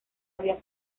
había